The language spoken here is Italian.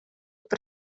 per